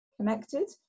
connected